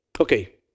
Okay